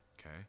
okay